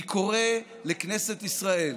אני קורא לכנסת ישראל